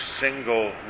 single